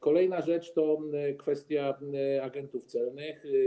Kolejna rzecz to kwestia agentów celnych.